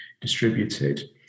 distributed